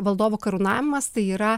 valdovo karūnavimas tai yra